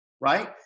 right